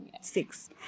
six